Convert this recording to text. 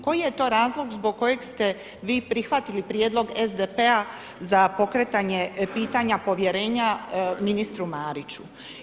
Koji je to razlog zbog kojeg ste vi prihvatili prijedlog SDP-a za pokretanje pitanja povjerenja ministru Mariću?